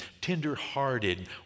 tender-hearted